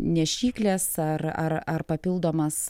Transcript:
nešyklės ar ar ar papildomas